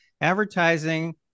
Advertising